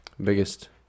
biggest